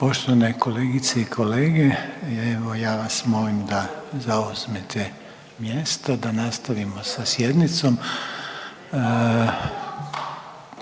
Poštovane kolegice i kolege, evo ja vas molim da zauzmete mjesto da nastavimo sa sjednicom.